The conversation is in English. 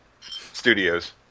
studios